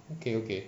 okay okay